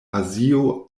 azio